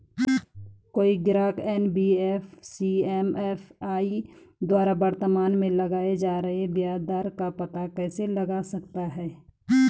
कोई ग्राहक NBFC MFI द्वारा वर्तमान में लगाए जा रहे ब्याज दर का पता कैसे लगा सकता है?